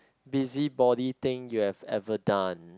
busybody thing you have ever done